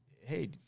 Hey